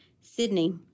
Sydney